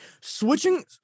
switching